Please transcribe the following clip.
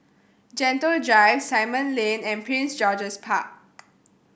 Gentle Drive Simon Lane and Prince George's Park